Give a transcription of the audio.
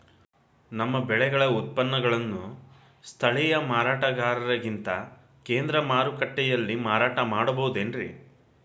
ನಮ್ಮ ಬೆಳೆಗಳ ಉತ್ಪನ್ನಗಳನ್ನ ಸ್ಥಳೇಯ ಮಾರಾಟಗಾರರಿಗಿಂತ ಕೇಂದ್ರ ಮಾರುಕಟ್ಟೆಯಲ್ಲಿ ಮಾರಾಟ ಮಾಡಬಹುದೇನ್ರಿ?